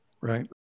Right